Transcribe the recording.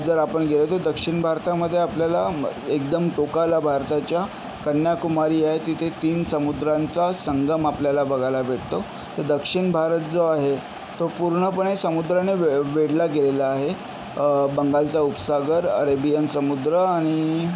जर आपण गेलो तर दक्षिण भारतामध्ये आपल्याला म् एकदम टोकाला भारताच्या कन्याकुमारी आहे तिथे तीन समुद्रांचा संगम आपल्याला बघायला भेटतो तर दक्षिण भारत जो आहे तो पूर्णपणे समुद्राने वे वेढला गेलेला आहे बंगालचा उपसागर अरेबियन समुद्र आणि